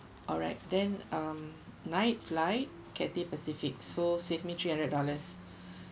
alright then um night flight cathay pacific so save me three hundred dollars